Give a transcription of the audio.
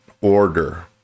order